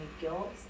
guilt